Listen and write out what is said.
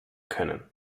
können